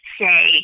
say